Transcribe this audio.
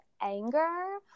anger